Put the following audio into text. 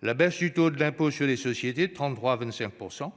La baisse du taux de l'impôt sur les sociétés de 33 % à 25 %,